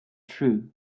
true